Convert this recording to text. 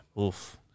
oof